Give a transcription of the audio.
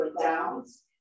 downs